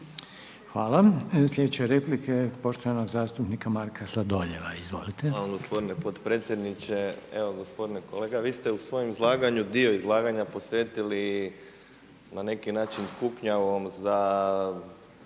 Hvala. Slijedeća je replika poštovanog zastupnika Marka Sladoljeva.